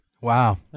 Wow